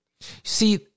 See